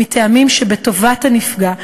מטעמים שבטובת הנפגע,